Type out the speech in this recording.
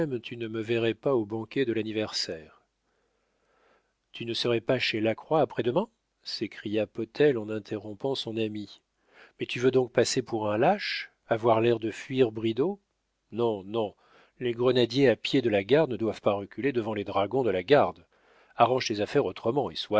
tu ne me verrais pas au banquet de l'anniversaire tu ne serais pas chez lacroix après-demain s'écria potel en interrompant son ami mais tu veux donc passer pour un lâche avoir l'air de fuir bridau non non les grenadiers à pied de la garde ne doivent pas reculer devant les dragons de la garde arrange tes affaires autrement et